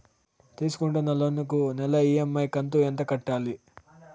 తీసుకుంటున్న లోను కు నెల ఇ.ఎం.ఐ కంతు ఎంత కట్టాలి?